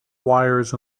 wires